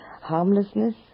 Harmlessness